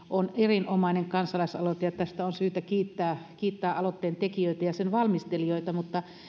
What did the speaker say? on sisällöltään erinomainen kansalaisaloite ja tästä on syytä kiittää kiittää aloitteen tekijöitä ja sen valmistelijoita mutta